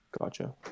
Gotcha